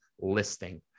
listing